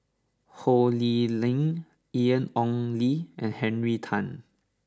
Ho Lee Ling Ian Ong Li and Henry Tan